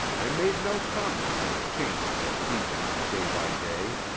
i made no comment on the change that deepened day by day,